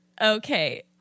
Okay